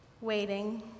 waiting